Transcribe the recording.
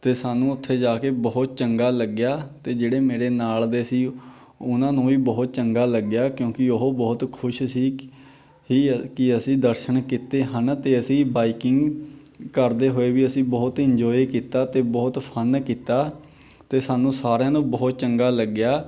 ਅਤੇ ਸਾਨੂੰ ਉੱਥੇ ਜਾ ਕੇ ਬਹੁਤ ਚੰਗਾ ਲੱਗਿਆ ਅਤੇ ਜਿਹੜੇ ਮੇਰੇ ਨਾਲ ਦੇ ਸੀ ਉਹਨਾਂ ਨੂੰ ਵੀ ਬਹੁਤ ਚੰਗਾ ਲੱਗਿਆ ਕਿਉਂਕਿ ਉਹ ਬਹੁਤ ਖੁਸ਼ ਸੀ ਕੀ ਅਸੀਂ ਦਰਸ਼ਨ ਕੀਤੇ ਹਨ ਅਤੇ ਅਸੀਂ ਬਾਈਕਿੰਗ ਕਰਦੇ ਹੋਏ ਵੀ ਅਸੀਂ ਬਹੁਤ ਇੰਜੋਏ ਕੀਤਾ ਅਤੇ ਬਹੁਤ ਫਨ ਕੀਤਾ ਅਤੇ ਸਾਨੂੰ ਸਾਰਿਆਂ ਨੂੰ ਬਹੁਤ ਚੰਗਾ ਲੱਗਿਆ